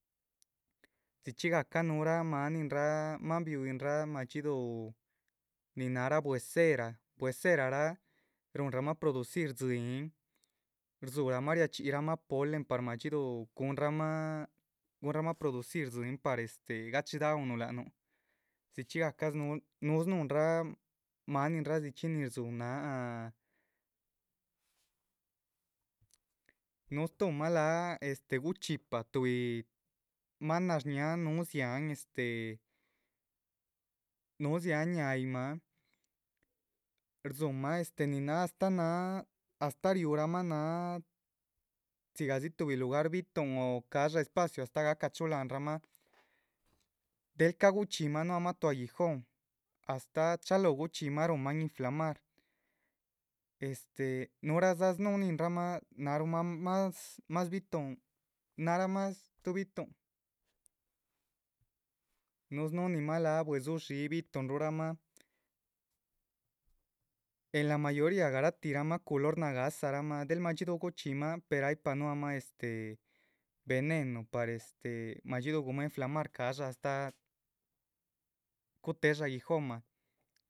Dzichxí gahca núhura maaninrah maan bihuiyinrah madxiduh nin náharra bwe´cera, bwe´ceraraa núhunramah producir dzíyin rdzúhuramah riachxíyhramah polen. par madxíduh guhunramah, guhunramah producir dzíyin, par este gachidáhunuh lac nuh, dzichxpigah cah núhu snuhunrah maaninra dzichxí nin rzúhu náha núhu stúhumah náh. este guchxípa tuhbi maan nash ñáhan núhu dziáhan este núhu dziahán ñáhaayinmah rdzúhumah este náha astá náha astá riurahmah astáh náha dzigadzi tuhbi lugar bi´tuhn o. ca´dxa espacio astáh gahca chuhulanrahmah del ca´ guchxímah nuámah tuh aguijón, astáh chalóho guchxímah ruhunmahn inflamar este núhuradza snúhu ninrahmah. náharumah más, más bi´tuhn náharamah stuh bi´tuhn núhu snúhunin mah láha buedzi shí bi´tuhn ruhrahmah, en la mayoria garatih ramah culor nagáhsa rahmah del madxíduh. guchxímah per aypa nuahamah este venenu par este madxíduh guhunmah inflamar ca´dxa astah gutéhe shaguijónmah.